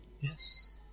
Yes